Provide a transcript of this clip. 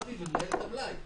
להביא ולנהל את המלאי.